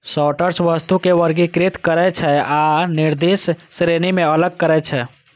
sorter वस्तु कें वर्गीकृत करै छै आ निर्दिष्ट श्रेणी मे अलग करै छै